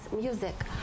music